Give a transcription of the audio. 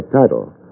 title